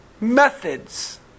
methods